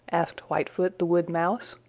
asked whitefoot the wood mouse.